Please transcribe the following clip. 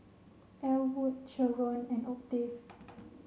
Elwood Sheron and Octave